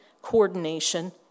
coordination